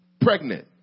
pregnant